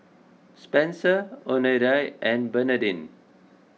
Spenser oneida and Bernadine